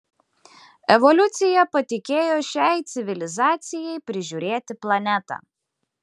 evoliucija patikėjo šiai civilizacijai prižiūrėti planetą